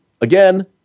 again